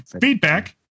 feedback